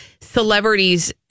celebrities